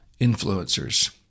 influencers